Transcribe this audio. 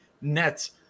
Nets